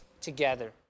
Together